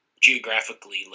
geographically